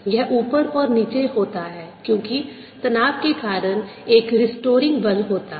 यह ऊपर और नीचे होता है क्योंकि तनाव के कारण एक रेस्टोरिंग बल होता है